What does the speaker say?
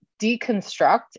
deconstruct